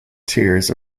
tiers